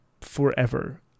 forever